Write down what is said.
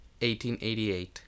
1888